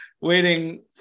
waiting